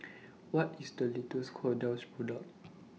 What IS The latest Kordel's Product